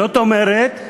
זאת אומרת,